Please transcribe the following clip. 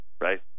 right